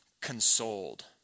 consoled